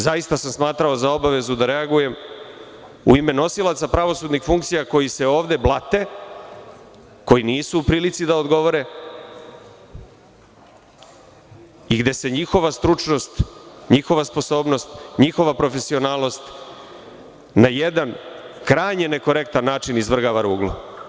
Zaista sam smatrao za obavezu da reagujem u ime nosilaca pravosudnih funkcija koji se ovde blate, koji nisu u prilici da odgovore i gde se njihova stručnost, njihova sposobnost, njihova profesionalnost na jedan krajnje nekorektan način izvrgava ruglu.